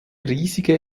riesige